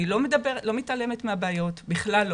אני לא מתעלמת מהבעיות בכלל.